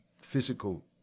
physical